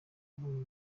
abonye